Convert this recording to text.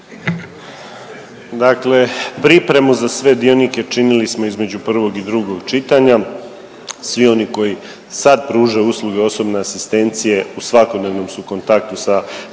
Dakle, pripremu za sve dionike činili smo između prvog i drugog čitanja. Svi oni koji sad pružaju usluge osobne asistencije u svakodnevnom su kontaktu sa